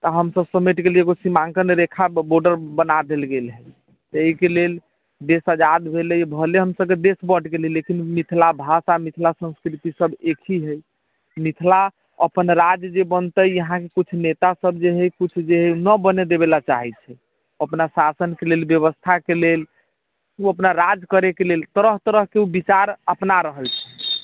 तऽ हमसभ सिमटि गेलियै एगो सीमाङ्कन रेखा बोर्डर बना देल गेल हय ताहिके लेल देश अजाद भेलै भले हमसभके देश बँट गेलै लेकिन मिथिला भाषा मिथिला सन्स्कृति सभ एक ही हय मिथिला अपन राज्य जे बनतै अहाँके किछु नेता सभ जे हय किछुके नहि बने देबै ले चाहैत छै अपना शासन कऽ लेल व्यवस्थाके लेल ओ अपना राज्य करैके लेल तरह तरहके ओ विचार अपना रहल छै